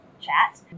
chat